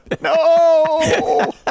No